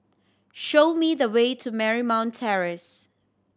show me the way to Marymount Terrace